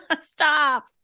stop